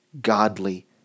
godly